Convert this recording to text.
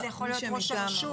זה יכול להיות ראש הרשות.